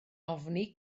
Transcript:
ofni